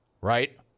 right